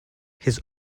his